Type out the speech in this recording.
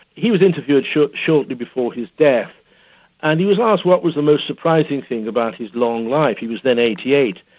he was interviewed shortly shortly before his death and he was asked what was the most surprising thing about his long life he was then eighty eight.